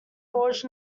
forged